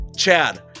Chad